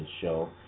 show